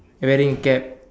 wearing a cap